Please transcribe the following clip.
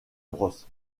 bros